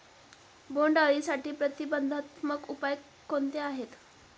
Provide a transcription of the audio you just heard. बोंडअळीसाठी प्रतिबंधात्मक उपाय कोणते आहेत?